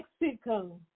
Mexico